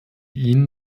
ihn